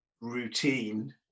routine